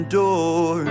door